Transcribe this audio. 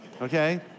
okay